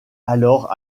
alors